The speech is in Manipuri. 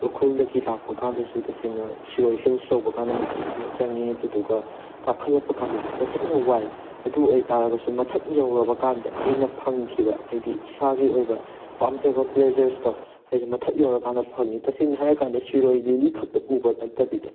ꯎꯈ꯭ꯔꯨꯜꯗꯒꯤ ꯂꯥꯛꯄ ꯀꯥꯟꯗꯁꯨ ꯇꯁꯦꯡꯅ ꯁꯤꯔꯣꯏ ꯍꯤꯜꯁ ꯌꯧꯕ ꯀꯥꯟꯗ ꯃꯇꯝ ꯌꯥꯝꯅ ꯆꯪꯉꯤ ꯑꯗꯨꯗꯨꯒ ꯀꯥꯈꯠꯂꯛꯄ ꯀꯥꯟꯗꯁꯨ ꯇꯁꯦꯡꯅ ꯋꯥꯏ ꯑꯗꯨ ꯑꯣꯏ ꯇꯥꯔꯒꯁꯨ ꯃꯊꯛ ꯌꯧꯔꯕ ꯀꯥꯟꯗ ꯑꯩꯅ ꯐꯪꯈꯤꯕ ꯍꯥꯏꯗꯤ ꯏꯁꯥꯒꯤ ꯑꯣꯏꯕ ꯄꯥꯝꯖꯕ ꯄ꯭ꯂꯦꯖꯔꯁꯇꯣ ꯍꯥꯏꯗꯤ ꯃꯊꯛ ꯌꯧꯔ ꯀꯥꯟꯗ ꯐꯪꯉꯤ ꯇꯁꯦꯡꯅ ꯍꯥꯏꯀꯥꯟꯗ ꯁꯤꯔꯣꯏ ꯂꯤꯂꯤ ꯈꯛꯇ ꯎꯕ ꯅꯠꯇꯕꯤꯗ